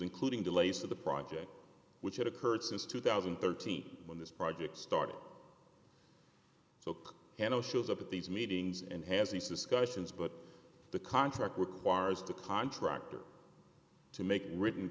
including delays of the project which had occurred since two thousand and thirteen when this project started look and it shows up at these meetings and has these discussions but the contract requires the contractor to make written